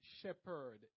shepherd